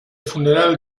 funeral